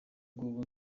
ng’ubu